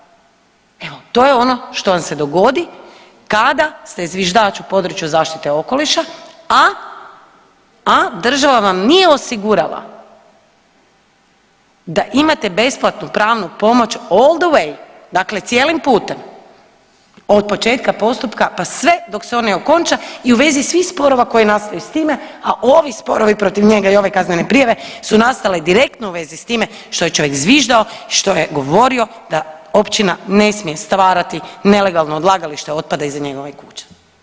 Evo to vam je ono što vam se dogodi kada ste zviždač u području zaštite okoliša, a država vam nije osigurala da imate besplatnu pravnu pomoć old the way, dakle cijelim putem od početka postupka pa sve dok se on ne okonča i u vezi svih sporova koji nastaju s time, a ovi sporovi protiv njega i ove kaznene prijave su nastale direktno u vezi s time što je čovjek zviždao, što je govorio da općina ne smije stvarati nelegalno odlagalište otpada iza njegove kuće.